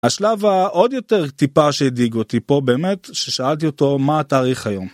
השלב העוד יותר טיפה שהדאיג אותי פה באמת, ששאלתי אותו מה התאריך היום.